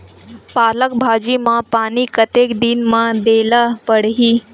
पालक भाजी म पानी कतेक दिन म देला पढ़ही?